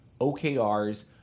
OKRs